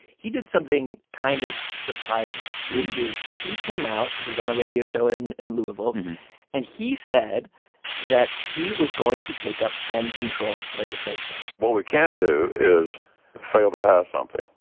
he did something kind of surprising, which is he came out he was on a radio show in in louisville and he said that he was going to take up gun control legislation what we can't do is fail to pass something,